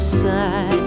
side